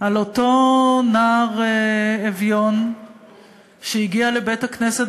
על אותו נער אביון שהגיע לבית הכנסת